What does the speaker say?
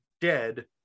dead